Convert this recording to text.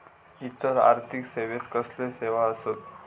इतर आर्थिक सेवेत कसले सेवा आसत?